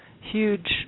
huge